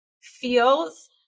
feels